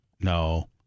No